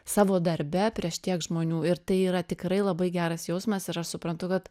savo darbe prieš tiek žmonių ir tai yra tikrai labai geras jausmas ir aš suprantu kad